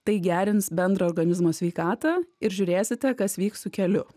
tai gerins bendrą organizmo sveikatą ir žiūrėsite kas vyks su keliu